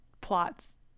plots